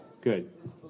good